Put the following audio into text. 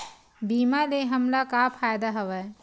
बीमा ले हमला का फ़ायदा हवय?